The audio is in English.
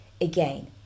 again